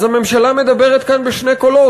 אז הממשלה מדברת כאן בשני קולות,